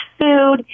food